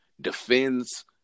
defends